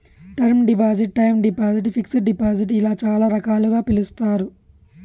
term deposit time deposit fixed deposit ఇలా చాలా రకాలుగా పిలుస్తారు